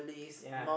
yea